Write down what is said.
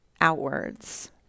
outwards